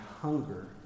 hunger